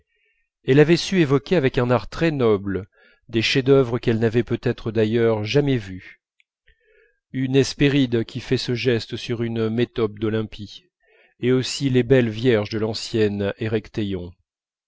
elle avait su évoquer avec un art très noble des chefs-d'œuvre qu'elle n'avait peut-être d'ailleurs jamais vus une hespéride qui fait ce geste sur une métope d'olympie et aussi les belles vierges de l'ancien